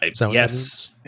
Yes